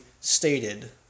stated